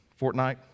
Fortnite